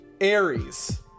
aries